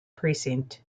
precinct